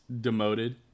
demoted